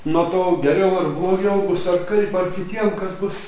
nuo to geriau ar blogiau bus ar kaip ar kitiems kas bus